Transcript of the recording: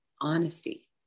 honesty